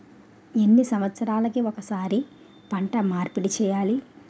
ఎన్ని సంవత్సరాలకి ఒక్కసారి పంట మార్పిడి చేయాలి?